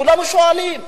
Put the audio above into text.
כולנו שואלים,